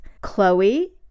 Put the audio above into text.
Chloe